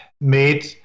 made